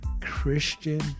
Christian